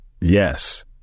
yes